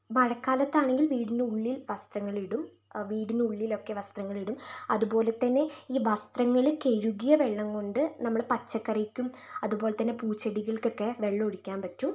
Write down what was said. മഴക്കാലത്ത് ആണെങ്കിൽ വീടിനുള്ളിൽ വസ്ത്രങ്ങൾ ഇടും വീടിനുള്ളിൽ ഒക്കെ വസ്ത്രങ്ങൾ ഇടും അതുപോലെ തന്നെ ഈ വസ്ത്രങ്ങൾ കഴുകിയ വെള്ളം കൊണ്ട് നമ്മൾ പച്ചക്കറിക്കും അതുപോലെ തന്നെ പൂച്ചെടികൾക്ക് ഒക്കെ വെള്ളം ഒഴിക്കാൻ പറ്റും